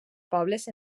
pobles